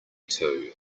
two